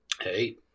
Hey